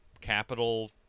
capital